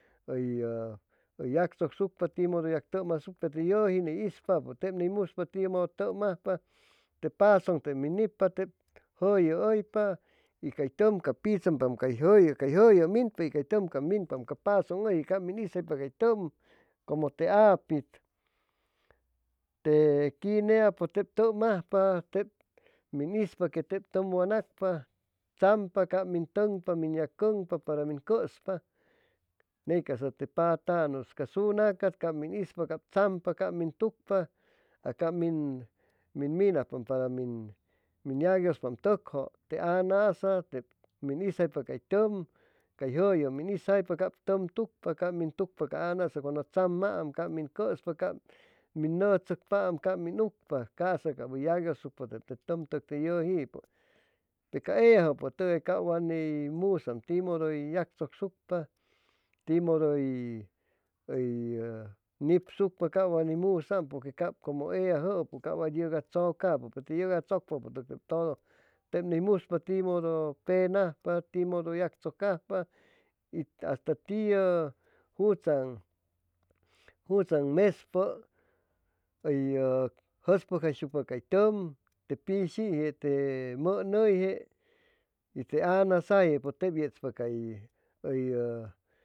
U uy yactshosucpa tiu mudu uytum asucpa te lluji ni ispa teb ni muspa tiu mudu tum ajpa te pasun te min nipa teb juyu uypa y cay tum pitsumpaam cay juyu cay minpa y cay tum uy minpa ca pazun uyje ca min isuypa cay tum cumu te apit te quinea pues teb tum ajpa min ispa que teb tum guanacpa tsampo ca min tugnpa mi ya cugnpa para que min cuspa ney casa te patanus ca sunaca cab min ispa cab tsampa ca min tucpa acab min minajpa para um yagguiusu tucju te anasa min isaypa cay tum cay juyu min isaypa cab tum tucpa ca anasa cuandu tsamaam cab min cuspa cab min nuu tsucpaam cab min ucpa casa cab uy yaguiusucu tum uyujipu peca ella jupu tugay ca wa bi musaam tiu mudu uy yactsucshucpa tiu mudu uyuy nipsucpa ca wa ni musaam pur que cab cumu ella jupu ca wa yuga tsucapu peru teb yuga tsucpa tudu teb ni muspa tiu mudu pen ajpa tiumudu uy juspucjayshucpa cay tum te pishije tumun uyje y te añasa ayje pues teb yetspa cab uy